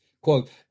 quote